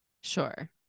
sure